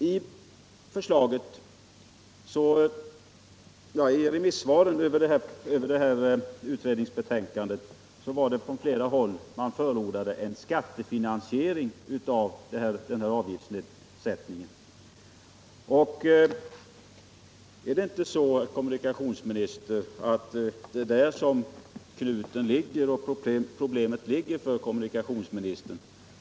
I remissvaren över utredningsbetänkandet förordade man från flera håll en skattefinansiering av avgiftssättningen. Är det inte där problemet ligger för kommunikationsministern?